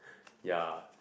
ya